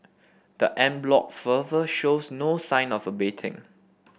the an bloc fervour shows no sign of abating